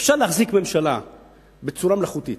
אפשר להחזיק ממשלה בצורה מלאכותית.